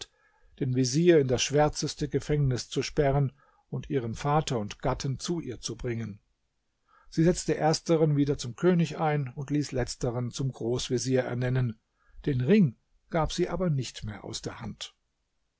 den vezier in das schwärzeste gefängnis zu sperren und ihren vater und gatten zu ihr zu bringen sie setzte ersteren wieder zum könig ein und ließ letzteren zum großvezier ernennen den ring gab sie aber nicht mehr aus der hand